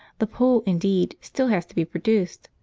the pole, indeed, still has to be produced,